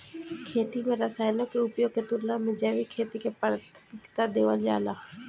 खेती में रसायनों के उपयोग के तुलना में जैविक खेती के प्राथमिकता देवल जाला